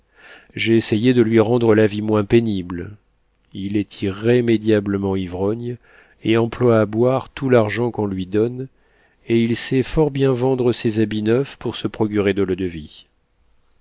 j'ai essayé de lui rendre la vie moins pénible il est irrémédiablement ivrogne et emploie à boire tout l'argent qu'on lui donne et il sait fort bien vendre ses habits neufs pour se procurer de